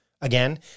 Again